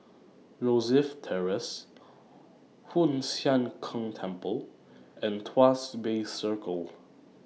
Rosyth Terrace Hoon Sian Keng Temple and Tuas Bay Circle